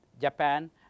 Japan